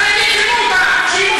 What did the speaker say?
השפלים האלה.